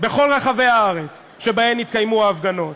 בכל רחבי הארץ שבהם התקיימו ההפגנות.